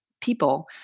people